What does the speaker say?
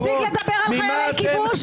תפסיק לדבר על חיילי כיבוש.